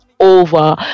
over